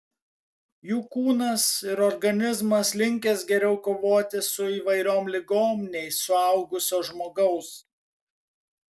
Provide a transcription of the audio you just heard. jų kūnas ir organizmas linkęs geriau kovoti su įvairiom ligom nei suaugusio žmogaus